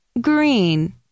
green